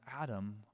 Adam